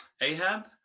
Ahab